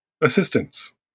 assistance